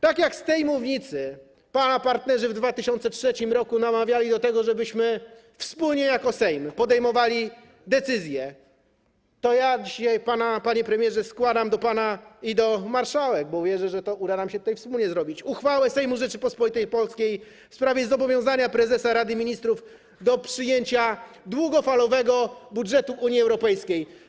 Tak jak z tej mównicy pana partnerzy w 2003 r. namawiali do tego, żebyśmy wspólnie jako Sejm podejmowali decyzje, tak ja dzisiaj składam do pana i do pani marszałek - bo wierzę, że to uda nam się tutaj wspólnie zrobić - uchwałę Sejmu Rzeczypospolitej Polskiej w sprawie zobowiązania prezesa Rady Ministrów do przyjęcia długofalowego budżetu Unii Europejskiej.